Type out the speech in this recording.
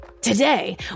Today